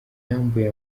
yambuye